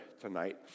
tonight